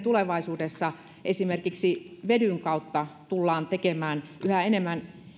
tulevaisuudessa esimerkiksi vedyn kautta tullaan tekemään yhä enemmän